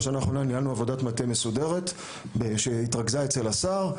בשנה האחרונה ניהלנו עבודת מטה מסודרת שהתרכזה אצל השר,